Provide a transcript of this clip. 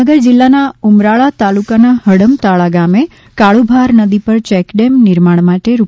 ભાવનગર જિલ્લાના ઉમરાળા તાલુકાનાં હડમતાળા ગામે કાળુભાર નદી પર ચેકડેમ નિર્માણ માટે રૂ